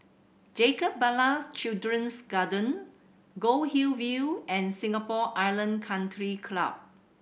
Jacob Ballas Children's Garden Goldhill View and Singapore Island Country Club